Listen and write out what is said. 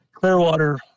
Clearwater